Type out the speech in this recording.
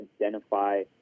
identify